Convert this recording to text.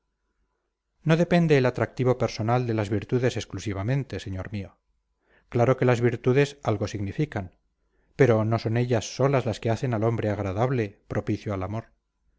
no depende el atractivo personal de las virtudes exclusivamente señor mío claro que las virtudes algo significan pero no son ellas solas las que hacen al hombre agradable propicio al amor